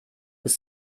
ist